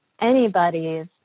anybody's